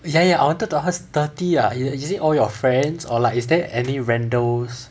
ya ya ya I wanted to ask thirty ah is it all your friends or like is there any randos